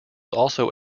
also